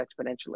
exponentially